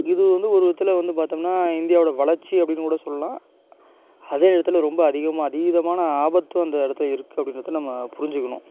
இது வந்து ஒரு விதத்தில் வந்து பார்த்தோம்னா இந்தியாவோட வளர்ச்சி அப்படினு கூட சொல்லலாம் அதே நேரத்தில் ரொம்ப அதிகமாக அதீதமான ஆபத்தும் அந்த இடத்துல இருக்கு அப்படின்றது நம்ம புரிஞ்சுக்கணும்